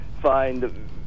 find